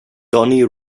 donny